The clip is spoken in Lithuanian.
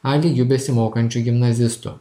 a lygiu besimokančių gimnazistų